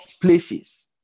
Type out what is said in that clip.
places